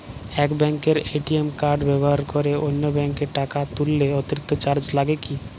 এক ব্যাঙ্কের ATM card ব্যবহার করে অন্য ব্যঙ্কে টাকা তুললে অতিরিক্ত চার্জ লাগে কি?